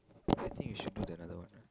I think you should do the another one ah